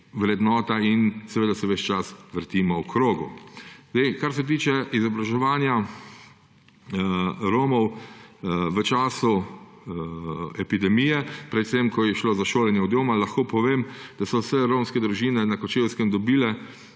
vrednote in se ves čas vrtimo v krogu. Kar se tiče izobraževanja Romov v času epidemije, predvsem ko je šlo za šolanje od doma, lahko povem, da so vse romske družine na Kočevskem dobile